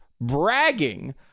bragging